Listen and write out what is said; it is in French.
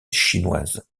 chinoise